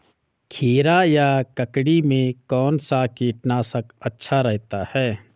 खीरा या ककड़ी में कौन सा कीटनाशक अच्छा रहता है?